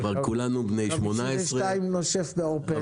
אבל 52 נושף בעורפנו.